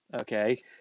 okay